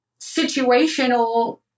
situational